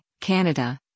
Canada